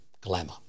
glamour